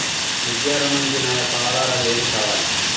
విద్యా ఋణంకి నా యొక్క ఆధారాలు ఏమి కావాలి?